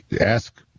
ask